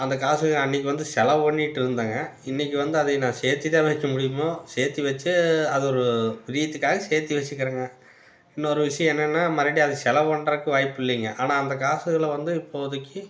அந்த காசு அன்றைக்கு வந்து செலவு பண்ணிகிட்டு இருந்தேங்க இன்றைக்கு வந்து அதை நான் சேர்த்திதான் வைக்க முடியுமோ சேர்த்தி வச்சு அது ஒரு பிரியத்துக்காக சேர்த்தி வச்சுக்கிறேங்க இன்னொரு விஷயம் என்னெனா மறுபடி அதை செலவு பண்ணுறக்கு வாய்ப்பு இல்லைங்க ஆனால் அந்த காசுகளை வந்து இப்போதைக்கி